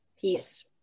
peace